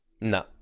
No